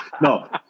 No